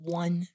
one